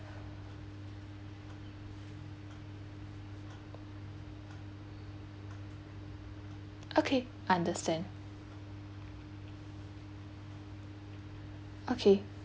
okay understand okay